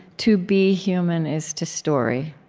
to be human is to story.